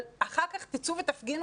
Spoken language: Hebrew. אבל אחר כך תצאו ותפגינו,